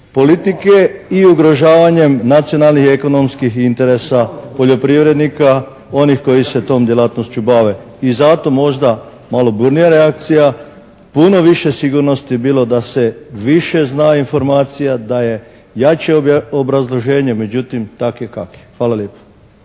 politike i ugrožavanjem nacionalnih i ekonomskih interesa poljoprivrednika onih koji se tom djelatnošću bave i zato možda malo burnija reakcija puno više sigurnosti bilo da se više zna informacija, da je jače obrazloženje, međutim tak je kak je. Hvala lijepo.